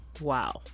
wow